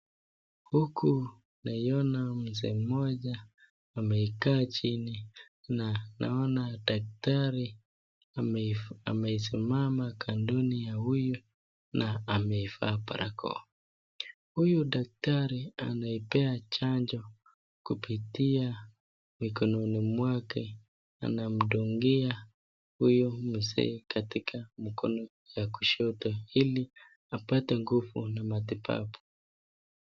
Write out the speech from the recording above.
Huku naiona mzee mmoja amekaa chini na naona daktari amesimama kandoni ya huyu na amevaa barakoa. Huyu daktari anaipea chanjo kupitia mikononi mwake anamdungia huyo mzee katika mkono wa kushoto ili apate nguvu na matibabu.